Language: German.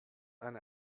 eine